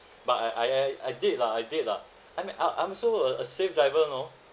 but I I I I did lah I did lah I mean I I'm so a a safe driver you know